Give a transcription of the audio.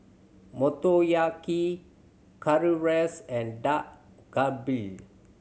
Motoyaki Currywurst and Dak Galbi